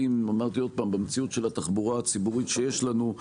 במציאות של התחבורה הציבורית שיש לנו,